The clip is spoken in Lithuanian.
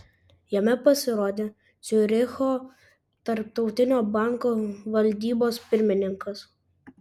jame pasirodė ciuricho tarptautinio banko valdybos pirmininkas